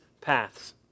paths